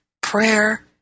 Prayer